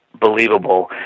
believable